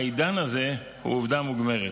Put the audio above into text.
העידן הזה הוא עובדה מוגמרת.